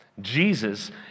Jesus